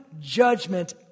judgment